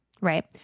Right